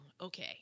okay